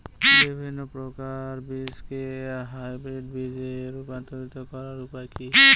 বিভিন্ন প্রকার বীজকে হাইব্রিড বীজ এ রূপান্তরিত করার উপায় কি?